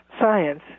science